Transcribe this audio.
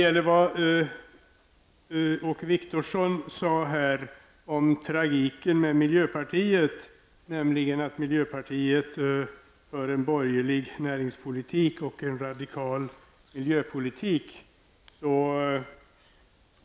Åke Wictorsson sade här att tragiken med miljöpartiet var att miljöpartiet för en borgerlig näringspolitik och en radikal miljöpolitik.